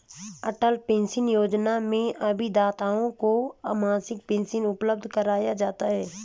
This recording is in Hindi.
अटल पेंशन योजना में अभिदाताओं को मासिक पेंशन उपलब्ध कराया जाता है